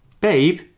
Babe